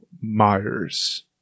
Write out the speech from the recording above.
Myers